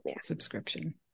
subscription